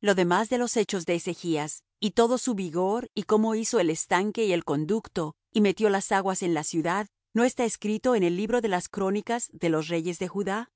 lo demás de los hechos de manahem y todas las cosas que hizo no está escrito en el libro de las crónicas de los reyes de israel